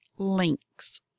links